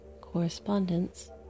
Correspondence